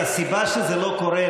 הסיבה שזה לא קורה,